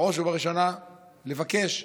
בראש ובראשונה לבקש שלט,